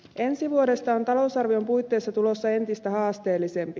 ensi vuodesta on talousarvion puitteissa tulossa entistä haasteellisempi